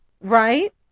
right